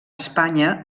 espanya